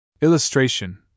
Illustration